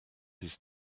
his